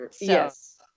Yes